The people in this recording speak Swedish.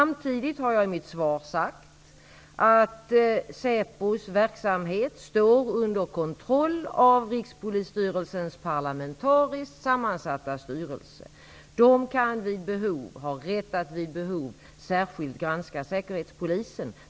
Vidare har jag i mitt svar sagt att Säpos verksamhet står under kontroll av Rikspolisstyrelsens parlamentariskt sammansatta styrelse. Den har rätt att vid behov särskilt granska Säkerhetspolisen.